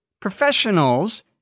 Professionals